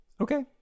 Okay